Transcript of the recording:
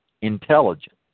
intelligence